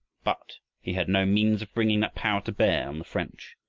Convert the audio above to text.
but he had no means of bringing that power to bear on the french.